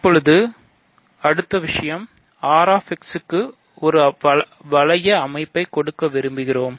இப்போது அடுத்த விஷயம் R x க்கு ஒரு வளைய அமைப்பை கொடுக்க விரும்புகிறோம்